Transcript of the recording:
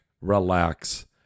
relax